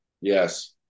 Yes